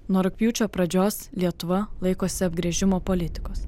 nuo rugpjūčio pradžios lietuva laikosi apgręžimo politikos